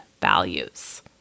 values